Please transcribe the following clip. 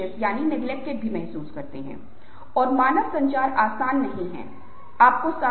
ताकि आप दूसरे लोगों की भावनाओं को बेहतर तरीके से समझ सकें